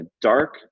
dark